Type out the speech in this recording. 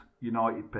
united